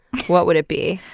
what would it be?